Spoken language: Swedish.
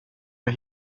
jag